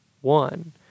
one